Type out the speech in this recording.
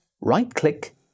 right-click